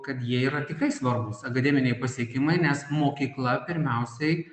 kad jie yra tikrai svarbūs akademiniai pasiekimai nes mokykla pirmiausiai